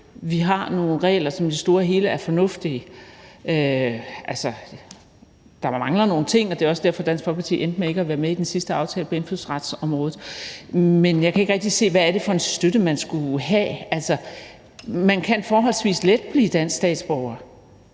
vi har nogle regler, som i det store hele er fornuftige. Altså, der mangler nogle ting, og det er også derfor, Dansk Folkeparti endte med ikke at være med i den sidste aftale på indfødsretsområdet, men jeg kan ikke rigtig se, hvad det er for en støtte, man skulle have. Man kan forholdsvis let blive dansk statsborger,